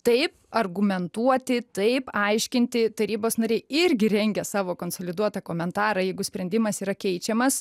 taip argumentuoti taip aiškinti tarybos nariai irgi rengė savo konsoliduotą komentarą jeigu sprendimas yra keičiamas